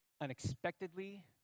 unexpectedly